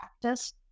practice